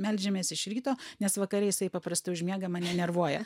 meldžiamės iš ryto nes vakare jisai paprastai užmiega mane nervuoja